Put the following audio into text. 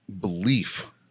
belief